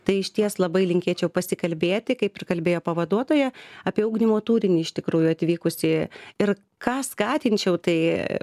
tai išties labai linkėčiau pasikalbėti kaip ir kalbėjo pavaduotoja apie ugdymo turinį iš tikrųjų atvykus į ir ką skatinčiau tai